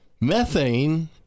Methane